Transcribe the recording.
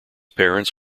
parents